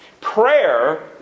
Prayer